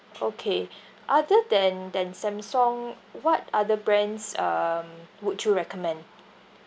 okay other than than Samsung what other brands um would you recommend